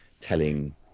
telling